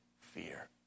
fear